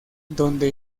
donde